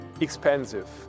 expensive